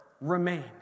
remain